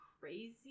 crazy